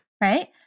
Right